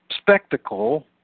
spectacle